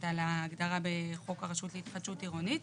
על ההגדרה בחוק הרשות להתחדשות עירונית.